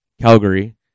Calgary